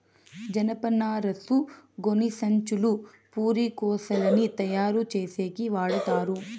జనపనారను గోనిసంచులు, పురికొసలని తయారు చేసేకి వాడతారు